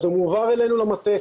זה מועבר אלינו למטה,